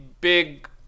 big